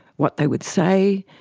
what they would say,